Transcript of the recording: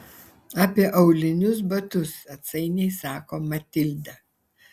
apie aulinius batus atsainiai sako matilda